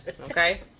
Okay